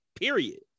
period